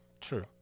true